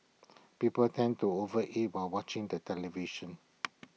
people tend to overeat while watching the television